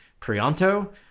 Prianto